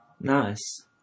nice